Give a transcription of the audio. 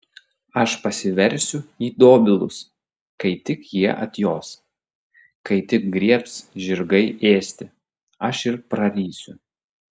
aš pasiversiu į dobilus kai tik jie atjos kai tik griebs žirgai ėsti aš ir prarysiu